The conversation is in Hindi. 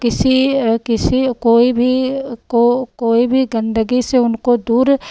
किसी किसी को कोई भी कोई भी गंदगी से उनको दूर